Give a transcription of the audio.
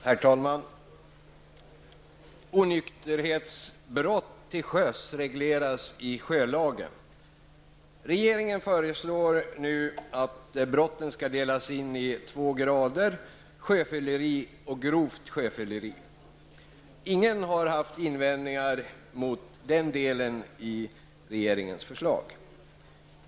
Herr talman! Onykterhetsbrott till sjöss regleras i sjölagen. Regeringen föreslår nu att brotten skall delas in i två grader, sjöfylleri och grovt sjöfylleri. Ingen har haft invändningar mot den delen i regeringens förslag.